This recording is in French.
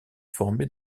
formé